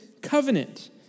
covenant